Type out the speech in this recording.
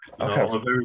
Okay